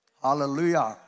hallelujah